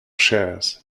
shares